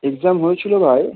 exam হয়েছিলো ভাই